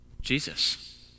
Jesus